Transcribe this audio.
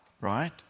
right